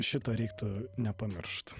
šito reiktų nepamiršt